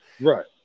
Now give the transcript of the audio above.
Right